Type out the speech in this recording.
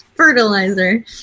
Fertilizer